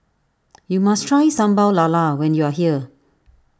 you must try Sambal Lala when you are here